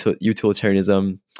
utilitarianism